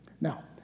Now